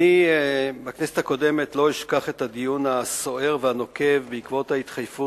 אני לא אשכח את הדיון הסוער והנוקב בכנסת